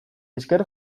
esker